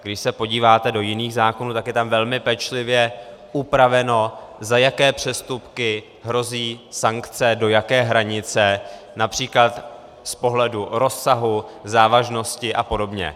Když se podíváte do jiných zákonů, tak je tam velmi pečlivě upraveno, za jaké přestupky hrozí sankce, do jaké hranice, například z pohledu rozsahu, závažnosti apod.